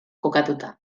kokatuta